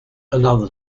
another